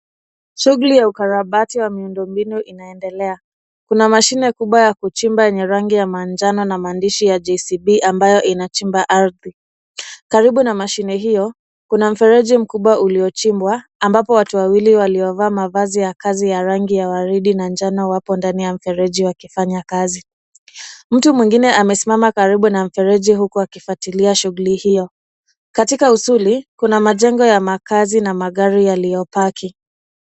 Shughuli ya ukarabati wa miundombinu inaendelea. Kuna mashine kubwa ya kuchimba ni rangi ya manjano na maandishi ya JCB ambayo inachimba ardhi. Karibu na mashine hiyo, kuna mfereji mkubwa uliochimbwa, ambapo watu wawili waliovaa mavazi ya kazi ya rangi ya waridi na njano wapo ndani ya mfereji wakifanya kazi. Mtu mwingine amesimama karibu na mfereji huku akifuatilia shughuli hiyo. Katika usuli, kuna majengo ya makazi na magari yaliyopaki.